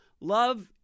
love